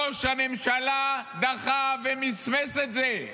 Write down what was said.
ראש הממשלה דחה ומסמס את זה.